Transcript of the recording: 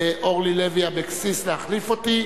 איסור הצמדת פרסומת לרכב),